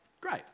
Great